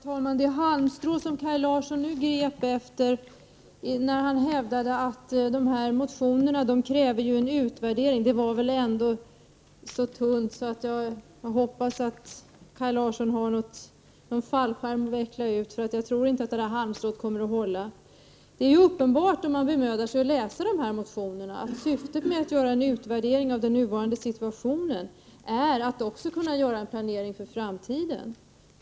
Herr talman! Det halmstrå som Kaj Larsson nu grep efter, när han hävdade att dessa motioner kräver en utvärdering, var så tunt att jag hoppas att Kaj Larsson har någon fallskärm att veckla ut. Jag tror inte att det där halmstråt kommer att hålla. Det är uppenbart, om man bemödar sig om att läsa de här motionerna, att syftet med att göra en utvärdering av den nuvarande situationen är att man också skall göra en planering för framtiden.